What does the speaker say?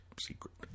secret